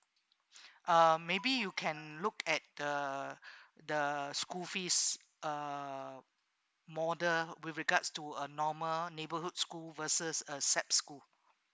um maybe you can look at the the school fees uh model with regards to a normal neighbourhood school versus a sap school